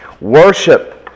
Worship